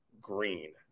Green